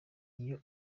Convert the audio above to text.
iyo